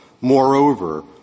moreover